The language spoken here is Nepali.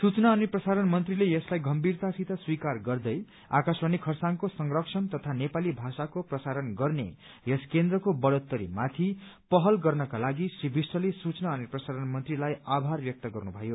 सूचना अनि प्रसारण मन्त्रीले यसलाई गभ्भिरतासित स्वीकार गर्दै आकाशवाणी खरसाङको संरक्षण तथा नेपाली भाषाको प्रसारण गर्ने यस केन्द्रको बढ़ोत्तरी माथि पहल गर्नको लागि श्री विष्टले सूचना अनि प्रसारण मन्त्रीलाई आभार व्यक्त गर्नुभयो